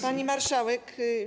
Pani Marszałek!